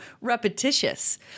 repetitious